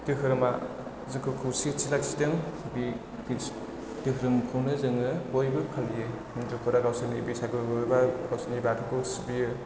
धोरोमा जोंखौ खौसेथि लाखिदों बे धोरोमखौनो जोङो बयबो फालियो हिन्दुफोरा गावसिनि बैसागु एबा गावसोरनि बाथौखौ सिबियो